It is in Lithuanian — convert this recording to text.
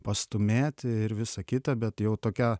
pastūmėti ir visa kita bet jau tokia